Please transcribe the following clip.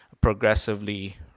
progressively